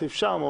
סעיף שם,